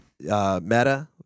Meta